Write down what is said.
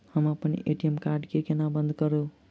हम अप्पन ATM card केँ बंद कोना करेबै?